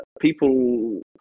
people